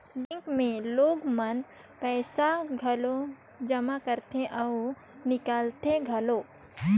bank मे लोग मन पइसा घलो जमा करथे अउ निकालथें घलो